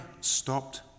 stopped